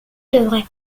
devrait